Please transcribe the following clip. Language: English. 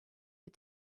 had